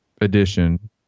edition